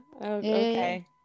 Okay